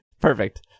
Perfect